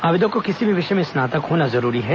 आवेदक को किसी भी विषय में स्नातक होना जरूरी है